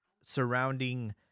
surrounding